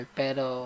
pero